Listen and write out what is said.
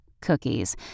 cookies